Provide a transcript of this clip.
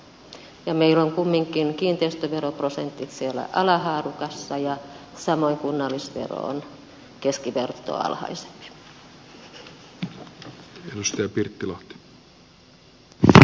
meillä ovat kumminkin kiinteistöveroprosentit siellä alahaarukassa ja samoin kunnallisvero on keskivertoa alhaisempi